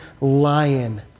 lion